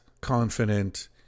confident